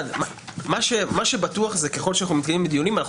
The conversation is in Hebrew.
מה שבטוח הוא שככל שאנחנו מתקדמים בדיונים אנחנו